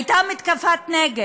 הייתה מתקפת נגד,